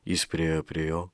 jis priėjo prie jo